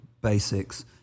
basics